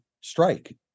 strike